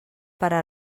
pare